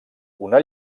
una